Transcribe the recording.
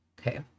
Okay